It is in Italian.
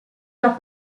era